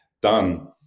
done